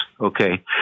okay